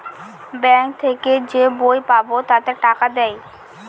bank থেকে যে বই পাবো তাতে টাকা দেয়